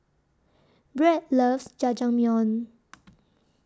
Bret loves Jajangmyeon